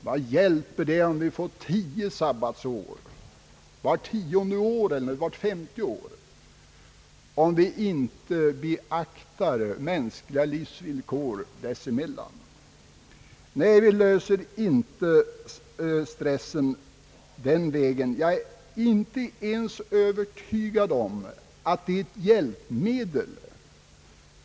Vad hjälper det om vi får tio sabbatsår, eller ett sabbatsår vart tionde år eller vart femte år om vi inte beaktar mänskliga livsvillkor dessemellan? Nej, vi löser inte stressproblemet den vägen. Jag är inte ens övertygad om att detta är ett hjälpmedel.